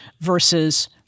versus